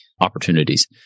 opportunities